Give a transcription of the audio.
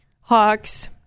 hawks